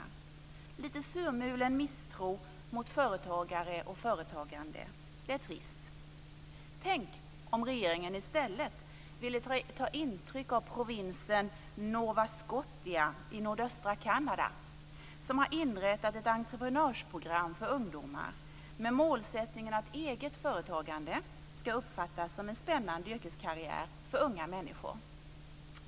Det är lite surmulen misstro mot företagare och företagande. Det är trist. Tänk om regeringen i stället ville ta intryck av provinsen Nova Scotia i nordöstra Kanada som har inrättat ett entreprenörsprogram för ungdomar med målsättningen att eget företagande ska uppfattas som en spännande yrkeskarriär för unga människor.